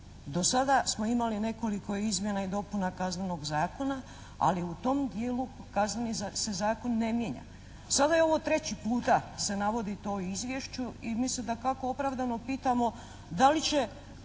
Do sada smo imali nekoliko izmjena i dopuna Kaznenog zakona ali u tom dijelu Kazneni se zakon ne mijenja. Sada je ovo treći puta da se navodi to u Izvješću i mi se, dakako opravdano, pitamo da li će